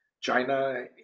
china